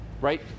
right